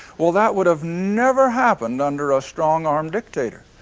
well, that would have never happened under a strong armed dictator.